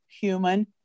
human